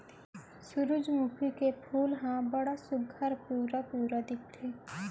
सुरूजमुखी के फूल ह बड़ सुग्घर पिंवरा पिंवरा दिखथे